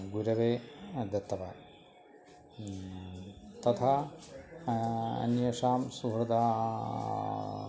गुरुं दत्तवान् तथा अन्येषां सुहृदानाम्